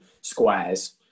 squares